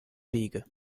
wege